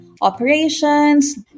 operations